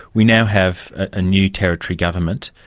we now have a new territory government.